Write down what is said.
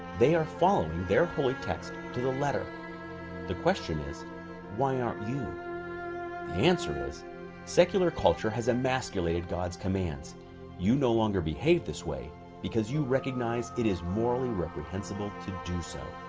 they are following their holy texts to the letter the question is why aren't you? the answer is secular culture has emasculated god's commands you no longer behaved this way because you recognize it is morally reprehensible to do so